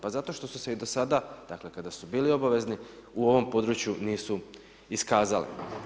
Pa zato što su se i do sada dakle kada su bili obavezni u ovom području nisu iskazali.